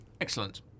excellent